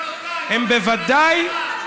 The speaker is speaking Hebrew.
הם בוודאי,